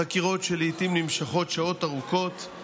חקירות שלעיתים נמשכות שעות ארוכות,